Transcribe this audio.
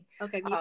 Okay